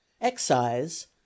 Excise